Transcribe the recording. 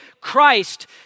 Christ